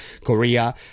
Korea